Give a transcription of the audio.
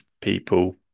people